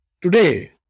today